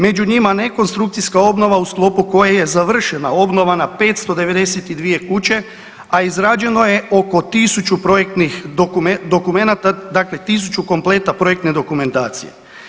Među njima ne konstrukcijska obnova u sklopu koje je završena obnova na 592 kuće, a izrađeno je oko 1000 projektnih dokumenata, dakle 1000 kompleta projektne dokumentacije.